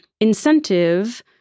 incentive